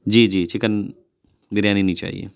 جی جی چکن بریانی نہیں چاہیے